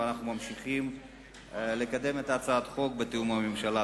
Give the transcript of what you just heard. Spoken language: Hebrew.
ואנחנו ממשיכים לקדם את הצעת החוק בתיאום עם הממשלה.